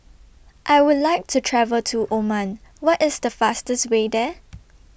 I Would like to travel to Oman What IS The fastest Way There